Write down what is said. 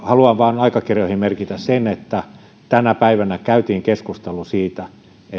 haluan vaan aikakirjoihin merkitä sen että tänä päivänä käytiin keskustelu siitä